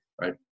right